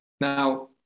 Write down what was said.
Now